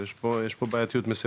כן, יש פה בעייתיות מסוימת.